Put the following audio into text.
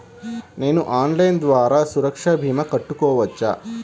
నేను ఆన్లైన్ ద్వారా సురక్ష భీమా కట్టుకోవచ్చా?